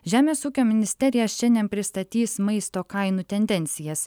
žemės ūkio ministerija šiandien pristatys maisto kainų tendencijas